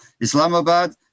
Islamabad